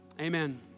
amen